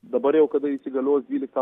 dabar jau kada įsigalios dvyliktą